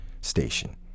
station